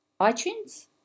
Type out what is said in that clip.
iTunes